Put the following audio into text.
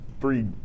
Three